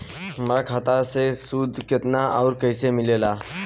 हमार खाता मे सूद केतना आउर कैसे मिलेला?